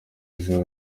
ejo